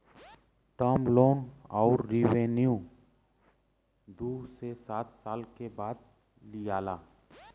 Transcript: term loan अउर revenue दू से सात साल बदे लिआला